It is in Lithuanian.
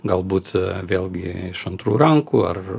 galbūt vėlgi iš antrų rankų ar